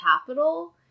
capital